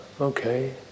okay